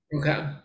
Okay